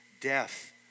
death